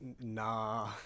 nah